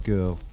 Girl